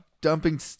dumping